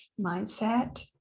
mindset